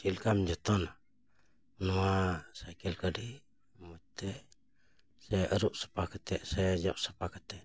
ᱪᱮᱫ ᱞᱮᱠᱟᱢ ᱡᱚᱛᱚᱱᱟ ᱱᱚᱣᱟ ᱥᱟᱭᱠᱮᱞ ᱜᱟᱹᱰᱤ ᱢᱚᱡᱽ ᱛᱮ ᱛᱮ ᱥᱮ ᱟᱹᱨᱩᱵ ᱥᱟᱯᱟ ᱠᱟᱛᱮ ᱥᱮ ᱡᱚᱫ ᱥᱟᱯᱟ ᱠᱟᱛᱮ